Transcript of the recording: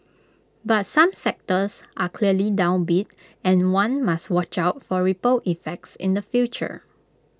but some sectors are clearly downbeat and one must watch out for ripple effects in the future